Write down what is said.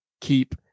keep